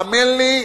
האמן לי,